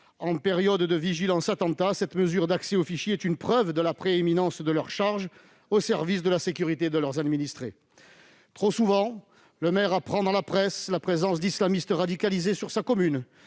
En période de « vigilance attentat », cette mesure d'accès au fichier est une preuve de la prééminence de leur charge au service de la sécurité de leurs administrés. Trop souvent, le maire apprend dans la presse la présence d'islamistes radicalisés dans